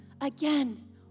again